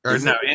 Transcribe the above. No